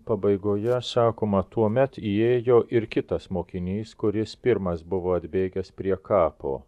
pabaigoje sakoma tuomet įėjo ir kitas mokinys kuris pirmas buvo atbėgęs prie kapo